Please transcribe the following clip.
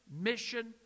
mission